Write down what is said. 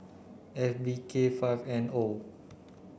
F B K five N O